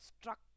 struck